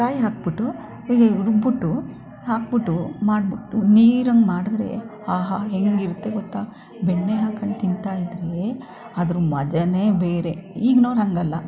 ಕಾಯಿ ಹಾಕ್ಬಿಟ್ಟು ರುಬ್ಬಿಟ್ಟು ಹಾಕ್ಬಿಟು ಮಾಡ್ಬಿಟ್ಟು ನೀರಂಗೆ ಮಾಡಿದ್ರೆ ಆಹಾ ಹೇಗಿರುತ್ತೆ ಗೊತ್ತಾ ಬೆಣ್ಣೆ ಹಾಕ್ಕೊಂಡು ತಿಂತಾ ಇದ್ದರೆ ಅದ್ರ ಮಜವೇ ಬೇರೆ ಈಗ್ನವ್ರು ಹಾಗಲ್ಲ